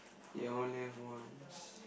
you only live once